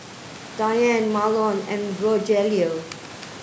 Diane Marlon and Rogelio